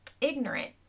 ignorant